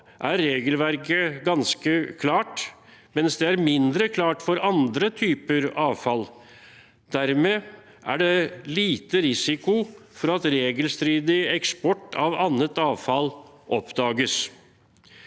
er regelverket ganske klart, mens det er mindre klart for andre typer avfall. Dermed er det liten risiko for at regelstridig eksport av annet avfall oppdages.